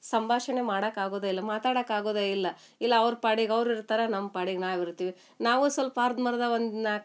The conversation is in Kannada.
ಸಂಭಾಷಣೆ ಮಾಡಕ್ಕೆ ಆಗೋದೇ ಇಲ್ಲ ಮಾತಾಡಕ್ಕೆ ಆಗೋದೇ ಇಲ್ಲ ಇಲ್ಲ ಅವ್ರ ಪಾಡಿಗೆ ಅವ್ರು ಇರ್ತಾರೆ ನಮ್ಮ ಪಾಡಿಗೆ ನಾವು ಇರ್ತೀವಿ ನಾವೂ ಸ್ವಲ್ಪ ಅರ್ಧಂಬರ್ಧ ಒಂದು ನಾಲ್ಕು